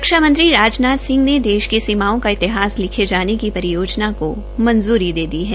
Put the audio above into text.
रक्षा मंत्री राजनाथ सिंह ने देश की सीमाओ का इतिहास लिखे जाने की परियोजनाओं को मंजूरी दे दी है